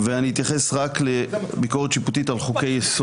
אני אתייחס רק לביקורת שיפוטית על חוקי יסוד.